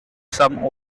some